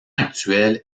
actuel